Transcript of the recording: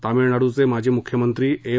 तमिळनाडूचे माजी मुख्यमंत्री एम